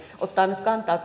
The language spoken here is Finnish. ottaa kantaa